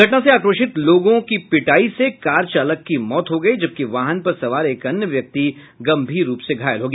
घटना से आक्रोशित लोगों की पिटायी से कार चालक की मौत हो गयी जबकि वाहन पर सवार एक अन्य व्यक्ति गंभीर रूप से घायल हो गया